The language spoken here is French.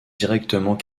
directement